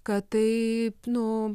kad tai nu